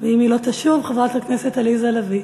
ואם היא לא תשוב, חברת הכנסת עליזה לביא.